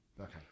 Okay